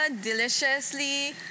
deliciously